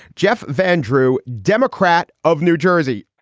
jeff van drew, democrat of new jersey.